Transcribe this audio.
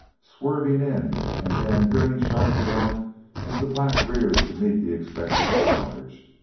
swerving in and then veering sharply out as the black reared to meet the expected charge.